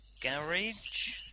garage